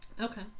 Okay